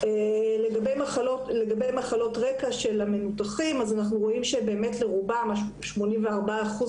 לגבי מחלות רקע של המנותחים: אנחנו רואים של-84 אחוז